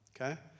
okay